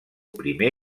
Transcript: primer